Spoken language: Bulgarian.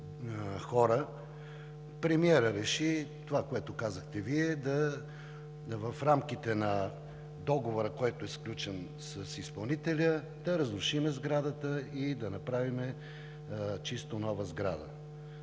премиерът реши това, което казахте Вие – в рамките на договора, който е сключен с изпълнителя, да разрушим сградата и да направим чисто нова. Сега да